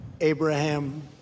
Abraham